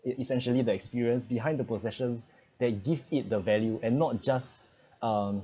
it essentially the experience behind the possessions that give it the value and not just um